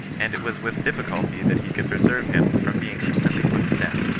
and it was with diflbiculty that he could preserve him from being instantly put to death.